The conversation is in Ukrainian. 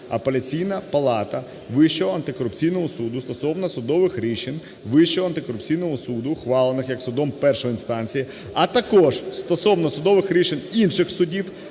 Апеляційна палата Вищого антикорупційного суду - стосовно судових рішень Вищого антикорупційного суду, ухвалених як судом першої інстанції, а також стосовно судових рішень інших судів